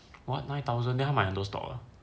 what nine thousand then 他买很多 stock ah